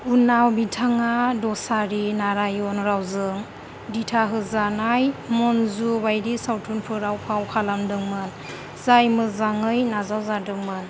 उनाव बिथाङा दसारी नारायण रावजों दिथाहोजानाय मन्जु बायदि सावथुनफोराव फाव खालामदोंमोन जाय मोजाङै नाजावजादोंमोन